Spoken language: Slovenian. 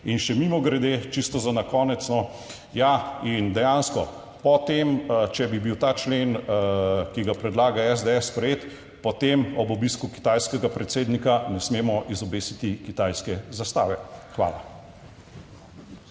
In še mimogrede, čisto za na konec no, ja, in dejansko potem, če bi bil ta člen, ki ga predlaga SDS, sprejet, potem ob obisku kitajskega predsednika ne smemo izobesiti kitajske zastave. Hvala.